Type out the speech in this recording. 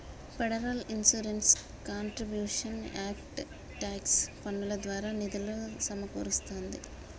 federal insurance contributions act tax పన్నుల ద్వారా నిధులు సమకూరుస్తాంది